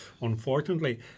unfortunately